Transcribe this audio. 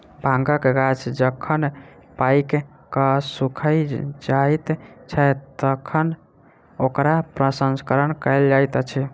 भांगक गाछ जखन पाइक क सुइख जाइत छै, तखन ओकरा प्रसंस्करण कयल जाइत अछि